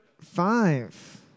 five